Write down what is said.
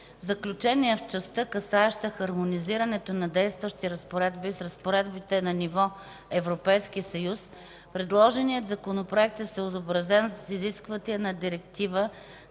заключение, в частта, касаеща хармонизирането на действащи разпоредби с разпоредбите на ниво Европейски съюз, предложеният Законопроект е съобразен с изискванията на Директива